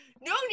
no